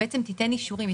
תיתן אישורים.